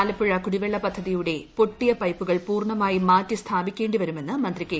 ആലപ്പുഴ കുടിവെള്ള പൃദ്ധതിയുടെ പൊട്ടിയ പൈപ്പുകൾ പൂർണമായി മാറ്റി സ്ഥാപിക്കേണ്ടി വരുമെന്ന് മന്ത്രി കെ